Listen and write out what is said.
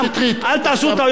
אל תעשו את הטעויות האלה.